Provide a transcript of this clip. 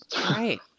Right